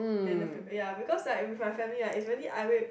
then if ya because like if with my family ah is really like I wait